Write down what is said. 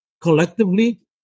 collectively